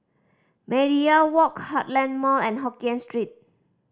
Media Walk Heartland Mall and Hokkien Street